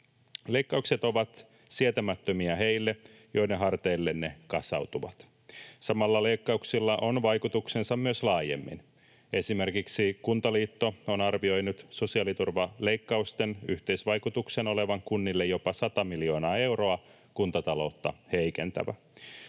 Leikkaukset ovat sietämättömiä heille, joiden harteille ne kasautuvat. Samalla leikkauksilla on vaikutuksensa myös laajemmin. Esimerkiksi Kuntaliitto on arvioinut sosiaaliturvaleikkausten yhteisvaikutuksen olevan kunnille jopa 100 miljoonaa euroa kuntataloutta heikentävä.